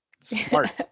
smart